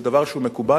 זה דבר מקובל,